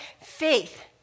faith